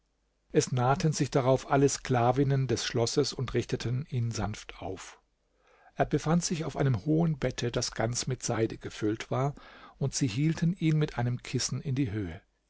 es nahten sich darauf alle sklavinnen des schlosses und richteten in sanft auf er befand sich auf einem hohen bette das ganz mit seide gefüllt war und sie hielten ihn mit einem kissen in die höhe